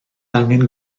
angen